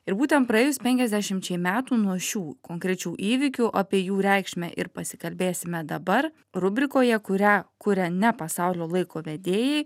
ir būtent praėjus penkiasdešimčiai metų nuo šių konkrečių įvykių apie jų reikšmę ir pasikalbėsime dabar rubrikoje kurią kuria ne pasaulio laiko vedėjai